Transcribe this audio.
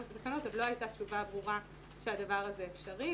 את התקנות עוד לא הייתה תשובה ברורה שהדבר הזה אפשרי,